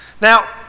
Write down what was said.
Now